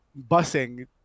busing